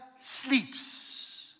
sleeps